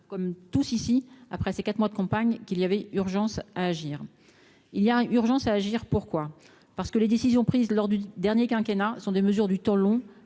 comme tous ici, après ces 4 mois de campagne qu'il y avait urgence à agir, il y a urgence à agir, pourquoi, parce que les décisions prises lors du dernier quinquennat sont des mesures du temps long